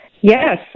Yes